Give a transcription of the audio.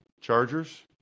Chargers